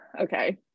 okay